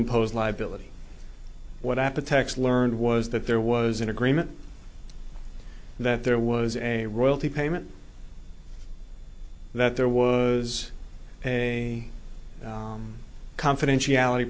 impose liability what happened techs learned was that there was an agreement that there was a royalty payment that there was a confidentiality